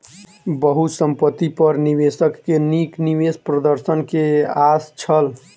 बहुसंपत्ति पर निवेशक के नीक निवेश प्रदर्शन के आस छल